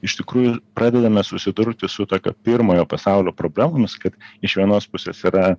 iš tikrųjų pradedame susidurti su tokio pirmojo pasaulio problemomis kad iš vienos pusės yra